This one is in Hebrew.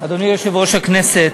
אדוני יושב-ראש הכנסת,